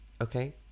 okay